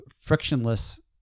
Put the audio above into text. frictionless